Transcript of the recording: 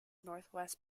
northwest